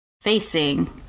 facing